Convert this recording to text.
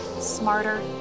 smarter